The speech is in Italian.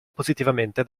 positivamente